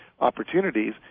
opportunities